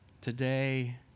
Today